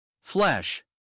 Flesh